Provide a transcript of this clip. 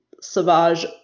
Savage